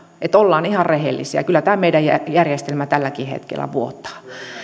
ollaan ihan rehellisiä kyllä meidän järjestelmämme tälläkin hetkellä vuotaa